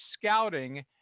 scouting